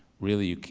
really,